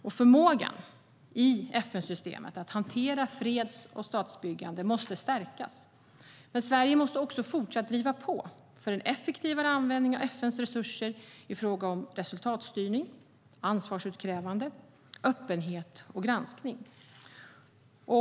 Förmågan i FN-systemet att hantera freds och statsbyggande måste stärkas, men Sverige måste också fortsatt driva på för en effektivare användning av FN:s resurser i fråga om resultatstyrning, ansvarsutkrävande, öppenhet och granskning.